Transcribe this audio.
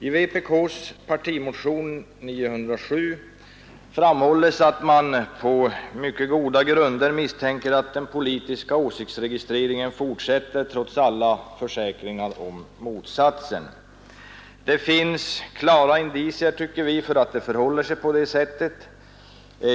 I vpk:s partimotion 907 framhålles att man på goda grunder misstänker att den politiska åsiktsregistreringen fortsätter trots alla försäkringar om motsatsen. Det finns mycket klara indicier för att det förhåller sig på det sättet.